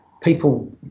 people